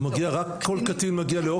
כל קטן מגיע לאופק?